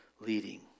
leading